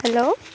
hello